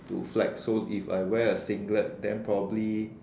to flex so if I wear a singlet then probably